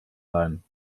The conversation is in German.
leihen